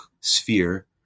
sphere